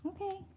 Okay